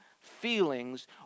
feelings